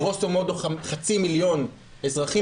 גרוסו מודו חצי מיליון אזרחים,